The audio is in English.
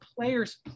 players